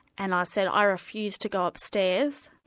and i said i refuse to go upstairs.